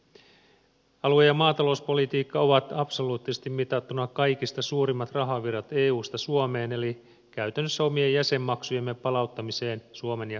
alue ja maatalouspolitiikka ovat absoluuttisesti mitattuna kaikista suurimmat rahavirrat eusta suomeen eli käytännössä omien jäsenmaksujemme palauttamiseen suomen ja suomalaisten hyväksi